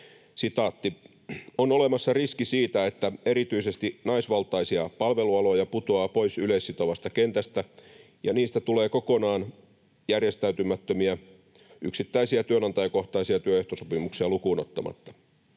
esille: ”On olemassa riski siitä, että erityisesti naisvaltaisia palvelualoja putoaa pois yleissitovasta kentästä ja niistä tulee kokonaan järjestäytymättömiä, yksittäisiä työnantajakohtaisia työehtosopimuksia lukuun ottamatta.